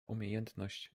umiejętność